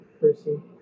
person